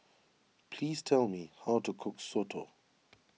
please tell me how to cook Soto